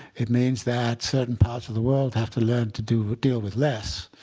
it means that certain parts of the world have to learn to to deal with less.